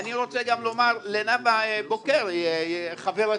ואני רוצה גם לומר לנאוה בוקר, חברתי: